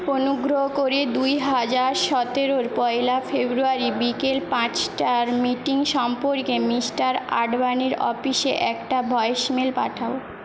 অনুগ্রহ করে দুই হাজার সতেরোর পয়লা ফেব্রুয়ারি বিকেল পাঁচটার মিটিং সম্পর্কে মিস্টার আডবাণীর অফিসে একটা ভয়েসমেল পাঠাও